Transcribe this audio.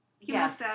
Yes